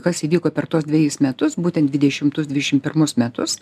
kas įvyko per tuos dvejis metus būten dvidešimtus dvišim pirmus metus